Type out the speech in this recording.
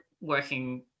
working